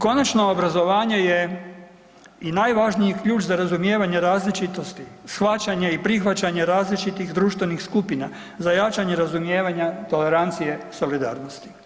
Konačno, obrazovanje je i najvažniji ključ za razumijevanje različitosti, shvaćanje i prihvaćanje različitih društvenih skupina za jačanje razumijevanja tolerancije, solidarnosti.